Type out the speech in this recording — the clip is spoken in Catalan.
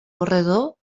corredor